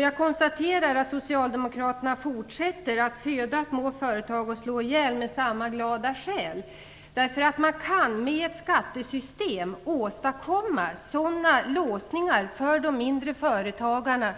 Jag konstaterar att socialdemokraterna fortsätter att föda småföretag och att slå ihjäl med samma glada själ. Med ett skattesystem kan man åstadkomma sådana låsningar för de mindre företagarna